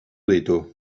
ditu